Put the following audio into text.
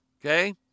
Okay